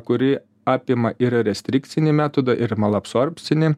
kuri apima ir restrikcinį metodą ir malabsorbcinį